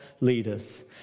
leaders